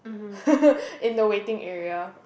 in the waiting area